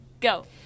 go